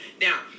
Now